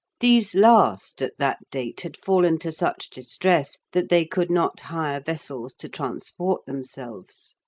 these last at that date had fallen to such distress that they could not hire vessels to transport themselves.